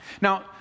Now